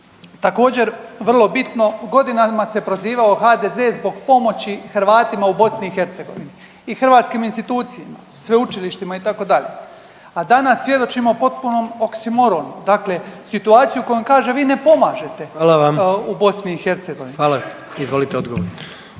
Također, vrlo bitno godinama se prozivao HDZ zbog pomoći Hrvatima u BiH i hrvatskim institucijama, sveučilištima itd., a danas svjedočimo potpunom oksimoronu, dakle situaciji u kojom kaže vi ne pomažete …/Upadica: Hvala vam./… u BiH.